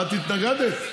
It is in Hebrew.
את התנגדת?